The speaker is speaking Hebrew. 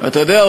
אתה יודע,